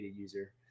user